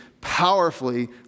powerfully